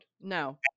No